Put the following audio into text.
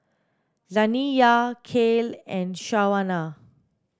Zaniyah Kale and Shawnna